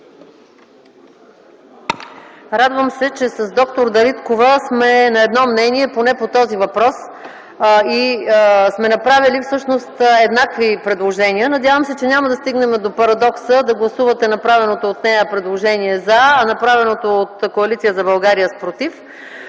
Радвам се, че с д-р Дариткова сме на едно мнение поне по този въпрос и сме направили всъщност еднакви предложения. Надявам се, че няма да стигнем до парадокса да гласувате направеното от нея предложение „за”, а направеното от Коалиция за България – „против”.